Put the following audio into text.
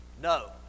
No